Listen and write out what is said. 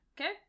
Okay